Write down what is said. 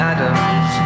Adams